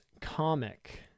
comic